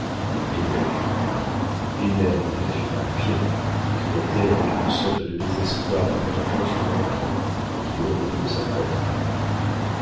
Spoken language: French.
hélène ma fille viens s'écria-t-elle avec une sorte de désespoir en entendant son enfant qui revenait de sa promenade